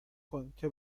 کن، که